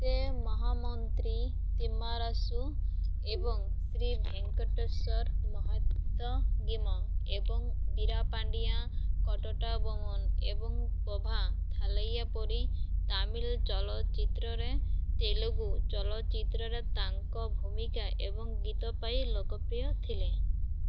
ସେ ମହାମନ୍ତ୍ରୀ ତିମ୍ମାରାସୁ ଏବଂ ଶ୍ରୀ ଭେଙ୍କଟେଶ୍ୱର ମହାତ୍ୟାଗୀମ ଏବଂ ବୀରାପାଣ୍ଡିଆ କଟଟାବୋମନ୍ ଏବଂ ପୋଭା ଥାଲାଇଆ ପରି ତାମିଲ ଚଳଚ୍ଚିତ୍ରରେ ତେଲୁଗୁ ଚଳଚ୍ଚିତ୍ରରେ ତାଙ୍କ ଭୂମିକା ଏବଂ ଗୀତ ପାଇଁ ଲୋକପ୍ରିୟ ଥିଲେ